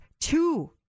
two